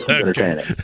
entertaining